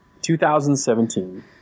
2017